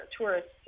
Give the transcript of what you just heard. tourists